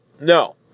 No